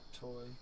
toy